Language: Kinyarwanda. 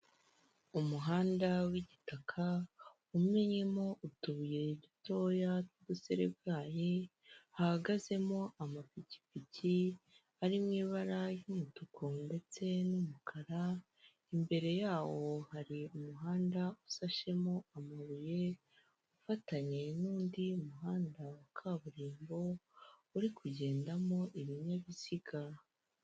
Umuhanda w'igitaka, umennyemo utubuyeri dutoya tw'udusarabwayi, hahagazemo amapikipiki ari mu ibara ry'umutuku, ndetse n'umukara, imbere yawo hari umuhanda usashemo amabuye, ufatanye n'undi muhanda wa kaburimbo uri kugendamo ibinyabiziga.